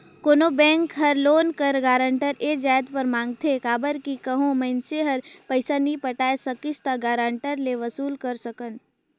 कोनो बेंक हर लोन कर गारंटर ए जाएत बर मांगथे काबर कि कहों मइनसे हर पइसा नी पटाए सकिस ता गारंटर ले वसूल कर सकन